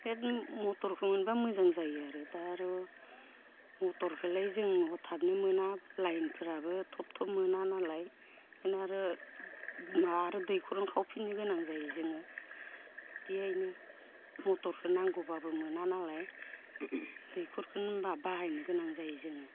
बे मटरखौ मोनब्ला मोजां जायो आरो दा आर' मटरखोलाय जों हथाथनो मोना लाइनफोराबो थब थब मोनानालाय बेखायनो आरो माबा आरो दैखरावनो खावफिननो गोनां जायो जोङो बिदिहायनो मटरखो नांगौब्लाबो मोनालाया दैखरखौनो होमब्ला बाहायनो गोनां जायो जोङो